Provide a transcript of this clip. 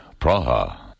Praha